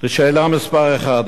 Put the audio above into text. לשאלה מס' 1,